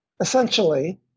essentially